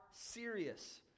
serious